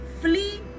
flee